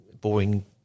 boring